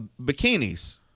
bikinis